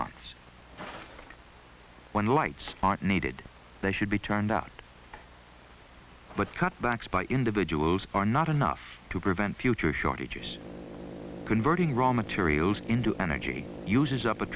months when lights aren't needed they should be turned out but cutbacks by individuals are not enough to prevent future shortages when voting raw materials into energy uses up a